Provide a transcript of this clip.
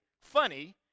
funny